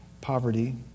poverty